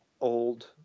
old